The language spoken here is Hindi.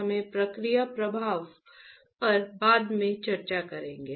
हम प्रक्रिया प्रवाह पर बाद में चर्चा करेंगे